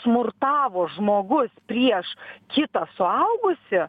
smurtavo žmogus prieš kitą suaugusį